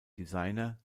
designer